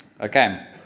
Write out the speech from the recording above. Okay